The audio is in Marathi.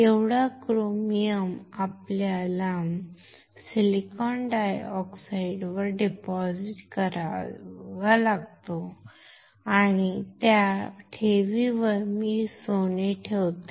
एवढा क्रोमियम आपल्याला सिलिकॉन डायऑक्साइडवर जमा करावा लागतो आणि त्या ठेवीवर मी सोने ठेवतो